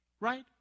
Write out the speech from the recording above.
Right